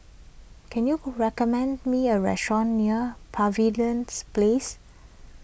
can you recommend me a restaurant near Pavilion Place